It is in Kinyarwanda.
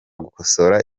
gukosora